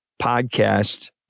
podcast